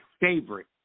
favorite